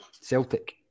Celtic